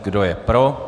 Kdo je pro?